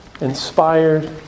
inspired